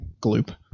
gloop